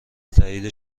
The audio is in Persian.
تایید